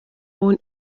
own